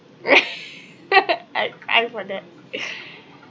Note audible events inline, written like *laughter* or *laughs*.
*laughs* I cry for that *laughs*